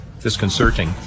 disconcerting